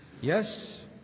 yes